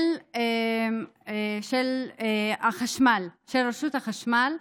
של רשות החשמל,